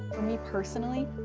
for me personally,